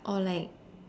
or like